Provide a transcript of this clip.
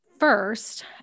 First